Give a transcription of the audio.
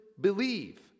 believe